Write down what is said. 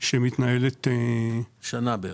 שמתנהלת כבר כשנה.